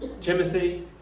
Timothy